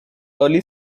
early